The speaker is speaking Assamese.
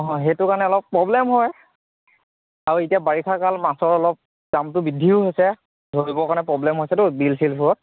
অঁ সেইটো কাৰণে অলপ প্ৰব্লেম হয় আৰু এতিয়া বাৰিষা কাল মাছৰ অলপ দামটো বৃদ্ধিও হৈছে ধৰিবৰ কাৰণে প্ৰব্লেম হৈছেতো বিল চিলবোৰত